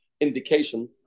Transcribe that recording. indication